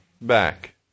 back